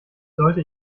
sollte